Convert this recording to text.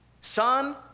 Son